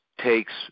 takes